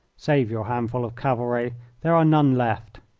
save your handful of cavalry there are none left.